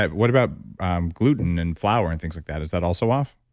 what about gluten and flour and things like that? is that also off?